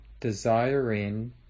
desiring